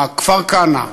שלושת הנושאים האלה: כפר-כנא,